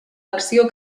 acció